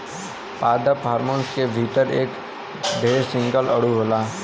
पादप हार्मोन के भीतर एक ठे सिंगल अणु होला